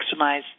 maximize